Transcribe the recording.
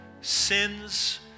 sins